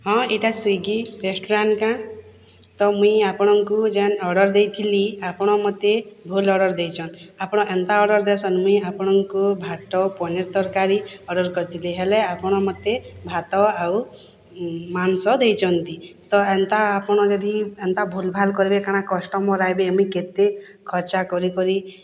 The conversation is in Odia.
ହଁ ଏଇଟା ସ୍ଵିଗି ରେଷ୍ଟୁରାଣ୍ଟ୍ କେ ତ ମୁଇଁ ଆପଣଙ୍କୁ ଜେନ୍ ଅର୍ଡ଼ର୍ ଦେଇଥିଲି ଆପଣ ମୋତେ ଭୁଲ୍ ଅର୍ଡ଼ର୍ ଦେଇଛନ୍ ଆପଣ ଏନ୍ତା ଅର୍ଡ଼ର୍ ଦେଇଛନ୍ ମୁଇଁ ଆପଣଙ୍କୁ ଭାତ ପନୀର୍ ତରକାରି ଅର୍ଡ଼ର୍ କରିଥିଲି ହେଲେ ଆପଣ ମୋତେ ଭାତ ଆଉ ମାଂସ ଦେଇଛନ୍ତି ତ ଏନ୍ତା ଆପଣ ଯଦି ଏନ୍ତା ଭୁଲ୍ ଭାଲ୍ କରିବେ କାଣା କଷ୍ଟମର୍ ଆଇବେ ଏମିତି କେତେ ଖର୍ଚ୍ଚା କରି କରି